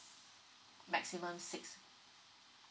maximum six